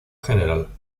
general